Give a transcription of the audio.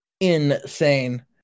insane